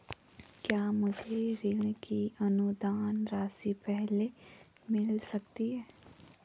क्या मुझे ऋण की अनुदान राशि पहले मिल सकती है?